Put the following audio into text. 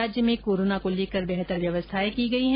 राज्य में कोरोना को लेकर बेहतर व्यवस्थाएं की गई हैं